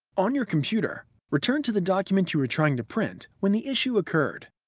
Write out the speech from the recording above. on your computer, return to the document you were trying to print when the issue occurred.